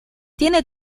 tiene